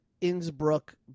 Innsbruck